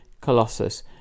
Colossus